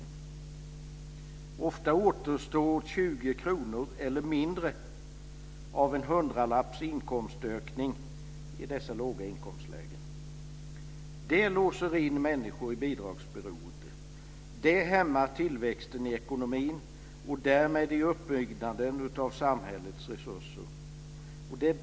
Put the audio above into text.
Ofta återstår 20 kr eller mindre av en hundralapps inkomstökning i dessa låga inkomstlägen. Det låser in människor i bidragsberoende. Det hämmar tillväxten i ekonomin och därmed i uppbyggnaden av samhällets resurser.